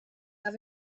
have